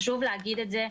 חשוב להגיד את זה,